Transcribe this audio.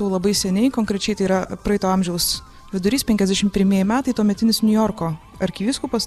jau labai seniai konkrečiai tai yra praeito amžiaus vidurys penkiasdešim pirmieji metai tuometinis niujorko arkivyskupas